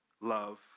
love